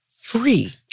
free